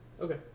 Okay